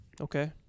Okay